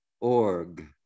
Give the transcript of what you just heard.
org